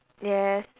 yes